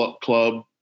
Club